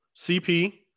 CP